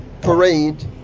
parade